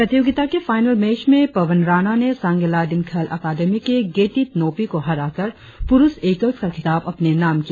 प्रतियोगिता के final match में पवन राणा ने सांगे लाडेन खेल अकादमी के गेतित नोपी को हराकर पुरुष एकल का खिताब अपने नाम किया